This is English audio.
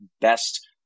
Best